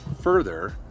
further